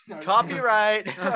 Copyright